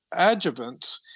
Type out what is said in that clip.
adjuvants